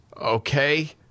Okay